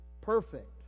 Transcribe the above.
perfect